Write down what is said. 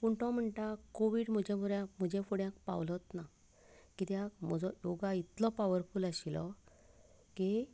पूण तो म्हणटा कोविड म्हज्या मऱ्यान म्हज्या फुड्याक पावलोच ना कित्याक म्हजो योगा इतलो पावरफुल आशिल्लो की